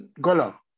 Gola